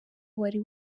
wari